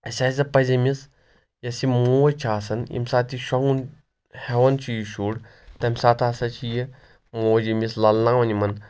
اَسہِ ہسا پزِ أمِس یۄس یہِ موج چھِ آسان ییٚمہِ ساتہٕ یہِ شۄنگُن ہیٚوان چھُ یہِ شُر تمہِ ساتہٕ ہسا چھِ یہِ موج ییٚمِس للناوان یِمن